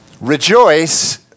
Rejoice